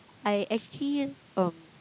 I actually um